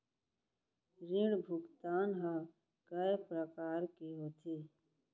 ऋण भुगतान ह कय प्रकार के होथे?